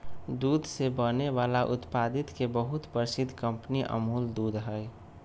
दूध से बने वाला उत्पादित के बहुत प्रसिद्ध कंपनी अमूल दूध हई